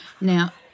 Now